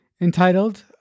entitled